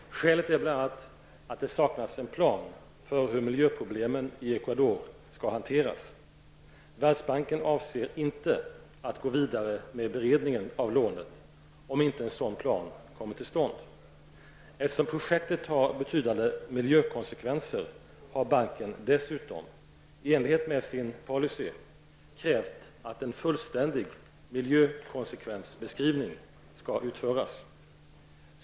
Skälet är bl.a. att det saknas en plan för hur miljöproblemen i Ecuador skall hanteras. Världsbanken avser inte att gå vidare med beredningen av lånet om inte en sådan plan kommer till stånd. Eftersom projektet har betydande miljökonsekvenser har banken dessutom i enlighet med sin policy krävt att en fullständig miljökonsekvensbeskrivning skall utföras.